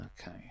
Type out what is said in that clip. Okay